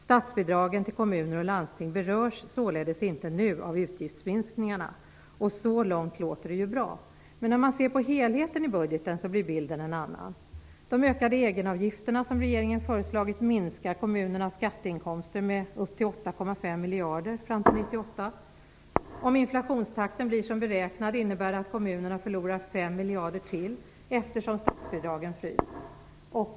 Statsbidragen till kommuner och landsting berörs således inte nu av utgiftsminskningarna." Så långt låter det ju bra. Men när man ser på helheten i budgeten blir bilden en annan. De ökade egenavgifterna som regeringen föreslagit minskar kommunernas skatteinkomster med upp till 8,5 miljarder fram till 1998. Om inflationstakten blir som beräknats innebär det att kommunerna förlorar 5 miljarder ytterligare eftersom statsbidragen frysts.